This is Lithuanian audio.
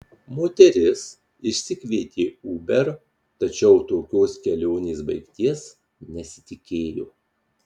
moteris išsikvietė uber tačiau tokios kelionės baigties nesitikėjo